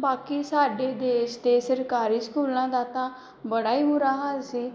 ਬਾਕੀ ਸਾਡੇ ਦੇਸ਼ ਦੇ ਸਰਕਾਰੀ ਸਕੂਲਾਂ ਦਾ ਤਾਂ ਬੜਾ ਹੀ ਬੁਰਾ ਹਾਲ ਸੀ